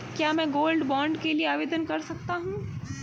क्या मैं gold bond के लिए आवेदन कर सकता हूं?